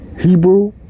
Hebrew